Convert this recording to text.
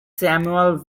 samuel